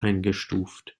eingestuft